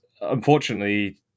unfortunately